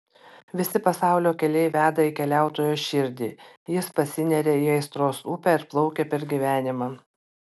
visi pasaulio keliai veda į keliautojo širdį jis pasineria į aistros upę ir plaukia per gyvenimą